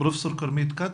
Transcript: פרופ' כרמית כץ,